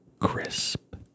crisp